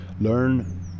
learn